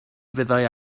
fyddai